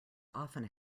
often